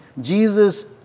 Jesus